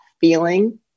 feeling